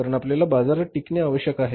कारण आपल्याला बाजारात टिकणे आवश्यक आहे